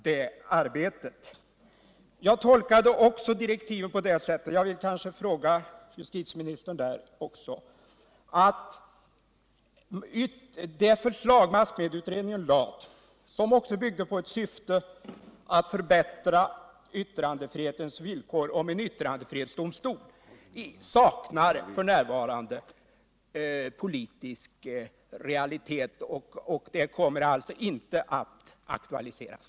Vad gäller det förslag om en central yttrandefrihetsdomstol som massmedieutredningen lade fram och som var uttryck för en klar vilja att förbättra yttrandefrihetens villkor har jag tolkat direktiven till yttrandefrihetsutredningen så — och här vill jag gärna få bekräftat av justitieministern att min tolkning är riktig —-att detta förslag f. n. saknar politisk realitet och att det alltså inte kommer att aktualiseras.